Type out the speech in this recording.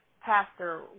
Pastor